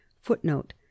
Footnote